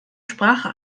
sprache